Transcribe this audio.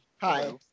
Hi